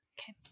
Okay